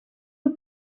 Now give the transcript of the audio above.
oer